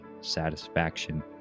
satisfaction